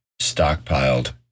stockpiled